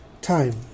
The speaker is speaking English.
time